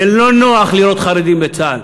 זה לא נוח לראות חרדים בצה"ל.